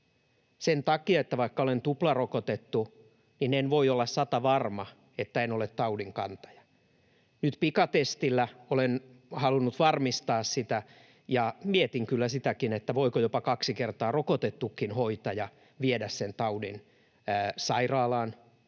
sen takia, että vaikka olen tuplarokotettu, niin en voi olla satavarma, että en ole taudinkantaja. Nyt pikatestillä olen halunnut varmistaa sitä, ja mietin kyllä sitäkin, voiko jopa kaksi kertaa rokotettukin hoitaja viedä sen taudin sairaalaan